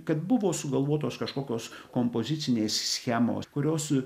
kad buvo sugalvotos kažkokios kompozicinės schemos kurios